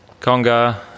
Conga